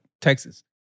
Texas